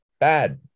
Bad